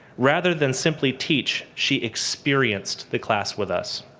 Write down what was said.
rather than simply teach, she experienced the class with us.